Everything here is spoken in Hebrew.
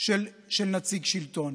של נציג שלטון.